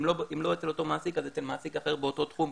אם לא אצל אותו מעסיק אז אצל מעסיק אחר באותו תחום,